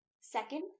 Second